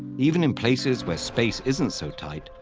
even in places where space isn't so tight,